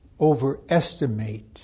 overestimate